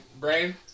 brain